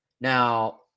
Now